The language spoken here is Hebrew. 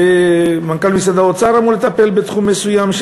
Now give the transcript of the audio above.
מנכ"ל משרד האוצר אמור לטפל בתחום מסוים,